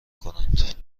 کنند